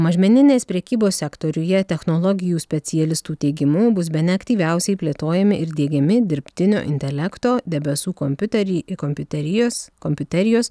mažmeninės prekybos sektoriuje technologijų specialistų teigimu bus bene aktyviausiai plėtojami ir diegiami dirbtinio intelekto debesų kompiuterį kompiuterijos kompiuterijos